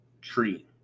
tree